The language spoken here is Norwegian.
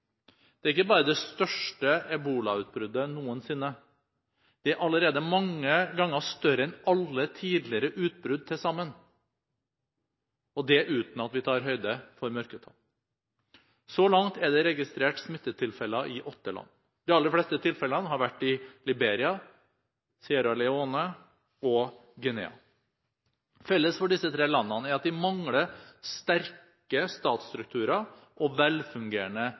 Det er ikke bare det største ebolautbruddet noensinne. Det er allerede mange ganger større enn alle tidligere utbrudd til sammen – og det uten at vi tar høyde for mørketall. Så langt er det registrert smittetilfeller i åtte land. De aller fleste tilfellene har vært i Liberia, Sierra Leone og Guinea. Felles for disse tre landene er at de mangler sterke statsstrukturer og velfungerende